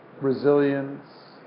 resilience